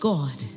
God